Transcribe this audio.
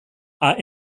are